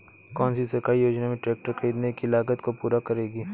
कौन सी सरकारी योजना मेरे ट्रैक्टर ख़रीदने की लागत को पूरा करेगी?